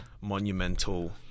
monumental